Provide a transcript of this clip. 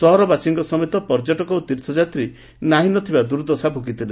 ସହରବାସୀଙ୍କ ସମେତ ପର୍ଯ୍ୟଟକ ଓ ତୀର୍ଥଯାତ୍ରୀ ନାହିଁନଥିବା ଦୁର୍ଦଶା ଭୋଗିଥିଲେ